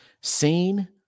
Seen